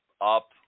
up